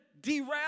derail